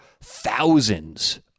thousands